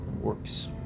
works